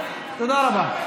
אתה אישרת לי, תודה רבה.